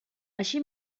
així